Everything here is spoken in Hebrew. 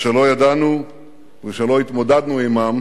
שלא ידענו כמותם ושלא התמודדנו עמם